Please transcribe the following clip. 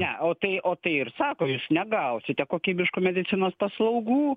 ne o tai o tai ir sako jūs negausite kokybiškų medicinos paslaugų